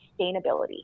sustainability